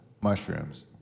mushrooms